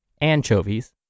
anchovies